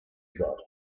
god